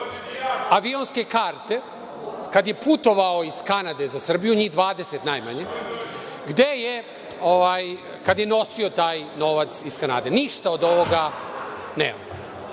avionske karte kad je putovao iz Kanade iz Srbiju, njih 20 najmanje, kad je nosio taj novac iz Kanade. Ništa od ovoga nemamo.E,